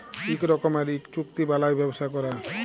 ইক রকমের ইক চুক্তি বালায় ব্যবসা ক্যরে